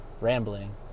rambling